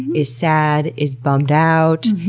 is sad? is bummed out?